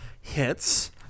hits